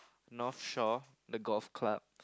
North Shore the golf club